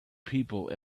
people